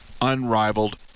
unrivaled